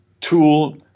tool